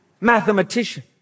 mathematician